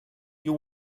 you